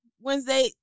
Wednesday